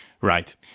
Right